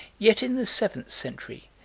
yet in the seventh century,